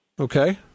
Okay